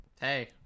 Hey